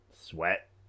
sweat